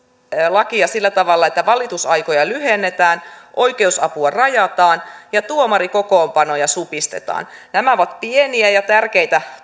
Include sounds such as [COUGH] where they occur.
lakia sillä tavalla että valitusaikoja lyhennetään oikeusapua rajataan ja tuomarikokoonpanoja supistetaan nämä ovat pieniä ja tärkeitä [UNINTELLIGIBLE]